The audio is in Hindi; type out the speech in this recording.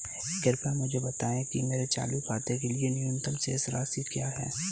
कृपया मुझे बताएं कि मेरे चालू खाते के लिए न्यूनतम शेष राशि क्या है?